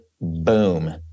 boom